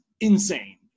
insane